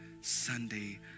Sunday